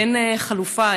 אין חלופה,